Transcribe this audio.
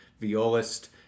violist